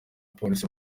polisi